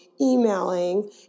emailing